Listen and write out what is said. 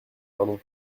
pardon